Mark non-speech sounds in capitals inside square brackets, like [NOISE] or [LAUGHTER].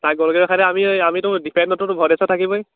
তাক [UNINTELLIGIBLE] ৰখাই [UNINTELLIGIBLE] আমি আমিতো দিপেন তোৰ ভদ্ৰেশ্বৰ থাকিবই